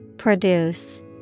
Produce